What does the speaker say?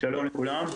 שלום לכולם.